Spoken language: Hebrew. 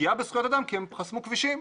פגיעה בזכויות אדם כי הם חסמו כבישים.